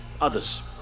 others